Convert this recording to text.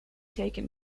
taken